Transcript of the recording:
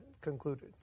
concluded